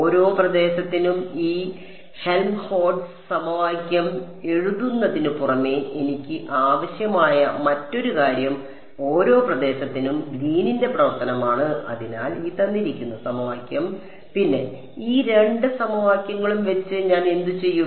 ഓരോ പ്രദേശത്തിനും ഈ Helmholtz സമവാക്യം എഴുതുന്നതിനു പുറമേ എനിക്ക് ആവശ്യമായ മറ്റൊരു കാര്യം ഓരോ പ്രദേശത്തിനും ഗ്രീനിന്റെ പ്രവർത്തനമാണ് അതിനാൽ പിന്നെ ഈ രണ്ട് സമവാക്യങ്ങളും വെച്ച് ഞാൻ എന്ത് ചെയ്യും